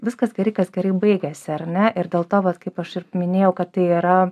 viskas gerai kas gerai baigiasi ar ne ir dėl to vat kaip aš ir minėjau kad tai yra